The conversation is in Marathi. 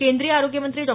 केंद्रीय आरोग्यमंत्री डॉ